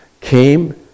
came